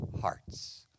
hearts